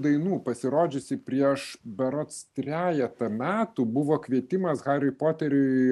dainų pasirodžiusi prieš berods trejetą metų buvo kvietimas hariui poteriui